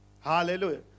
Hallelujah